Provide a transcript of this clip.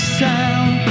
sound